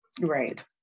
Right